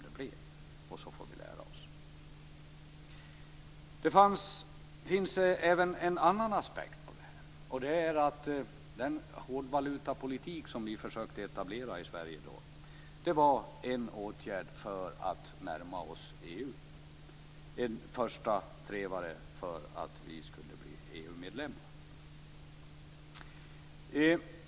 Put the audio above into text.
Vi får också lära oss av detta. Det finns även en annan aspekt här och det är att den hårdvalutapolitik som vi då försökte etablera i Sverige var en åtgärd för att närma Sverige till EU. Det var en första trevare för att vi skulle bli EU medlemmar.